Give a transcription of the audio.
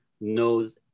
knows